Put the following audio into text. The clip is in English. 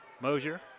Mosier